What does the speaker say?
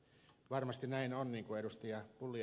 varmasti näin on kuten ed